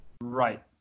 Right